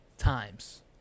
times